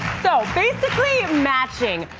so basically, matching.